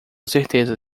certeza